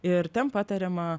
ir ten patariama